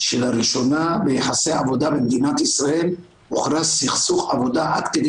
שלראשונה ביחסי עבודה במדינת ישראל הוכרז סכסוך עבודה עד כדי